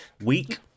weak